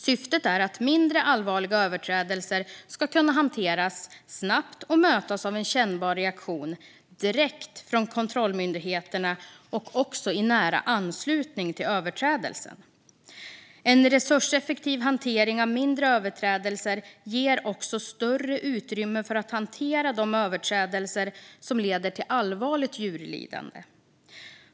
Syftet är att mindre allvarliga överträdelser ska kunna hanteras snabbt och mötas av en kännbar reaktion direkt från kontrollmyndigheterna och i nära anslutning till överträdelsen. En resurseffektiv hantering av mindre överträdelser ger också större utrymme för att hantera de överträdelser som leder till allvarligt djurlidande.